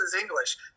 English